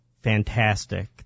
Fantastic